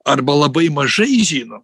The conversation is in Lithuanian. arba labai mažai žino